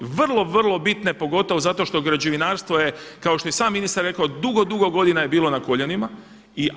Vrlo, vrlo bitne pogotovo zato što građevinarstvo je kao što je i sam ministar rekao, dugo, dugo godina je bilo na koljenima.